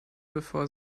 bevor